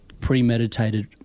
premeditated